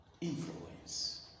influence